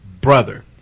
brother